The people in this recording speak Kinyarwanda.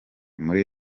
muri